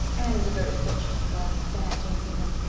anne is a very fortunate girl, said aunt jamesina.